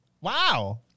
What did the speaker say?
Wow